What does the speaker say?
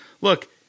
look